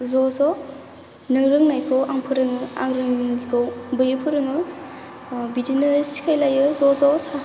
ज' ज' नों रोंनायखौ आंनो फोरोङो आं रोङिखौ बै फोरोङो बिदिनो सिखायलायो ज' ज'